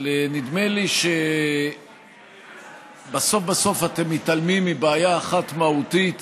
אבל נדמה לי שבסוף בסוף אתם מתעלמים מבעיה אחת מהותית